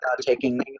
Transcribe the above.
taking